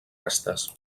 restes